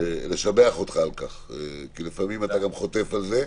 לשבח אותך על כך כי לפעמים אתה גם חוטף על זה.